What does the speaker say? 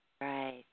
Right